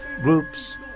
groups